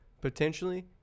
potentially